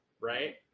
right